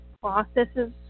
processes